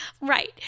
Right